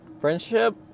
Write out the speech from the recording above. Friendship